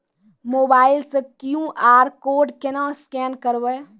Mobile से QR code केना scan करबै?